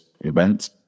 event